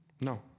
No